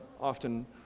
often